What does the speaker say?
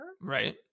Right